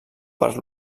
per